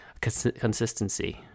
consistency